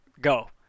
go